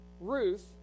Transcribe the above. Ruth